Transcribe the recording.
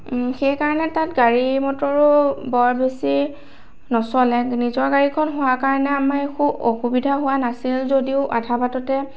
সেইকাৰণে তাত গাড়ী মটৰো বৰ বেছি নচলে নিজৰ গাড়ীখন হোৱাৰ কাৰণে আমাৰ একো অসুবিধা হোৱা নাছিল যদিও আধাবাটতে